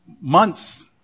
months